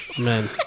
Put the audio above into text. Man